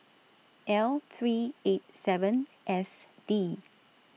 L three eight seven S D